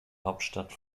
hauptstadt